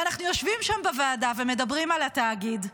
ואנחנו יושבים שם בוועדה ומדברים על התאגיד,